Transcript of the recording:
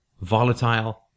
volatile